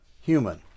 human